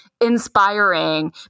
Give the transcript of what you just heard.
inspiring